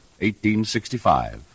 1865